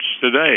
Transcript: today